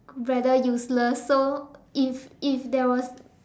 rather useless so if if there was